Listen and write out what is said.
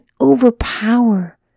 overpower